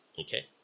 Okay